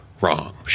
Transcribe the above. wrong